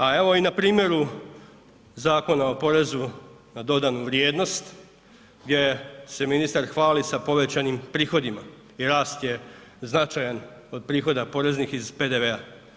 A evo i na primjeru Zakona o porezu na dodanu vrijednost gdje se ministar hvali sa povećanim prihodima i rast je značajan od prihoda poreznih iz PDV-a.